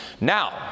Now